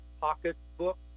pocketbook